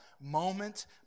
moment